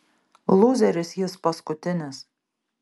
lūzeris jis paskutinis